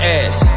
ass